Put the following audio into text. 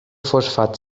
fosfat